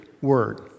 word